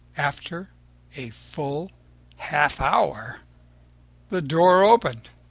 after a full half hour the door opened.